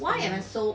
why I so